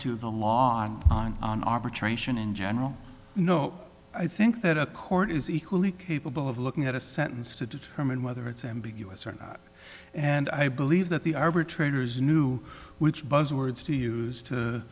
to the law on opera transition in general no i think that a court is equally capable of looking at a sentence to determine whether it's ambiguous or not and i believe that the arbitrator's knew which buzzwords to use to